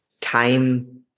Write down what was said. time